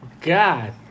God